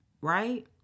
right